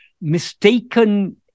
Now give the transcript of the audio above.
mistaken